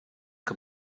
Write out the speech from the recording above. que